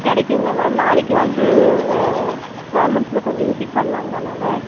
கிடைக்குங்களா மேடம் நாளைக்கு வந்து உங்கள் கார்மெண்ட்ஸில் கொஞ்சம் விசிட் பண்ணலாங்களா நாங்கள்